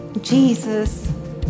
Jesus